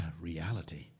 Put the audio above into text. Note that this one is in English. reality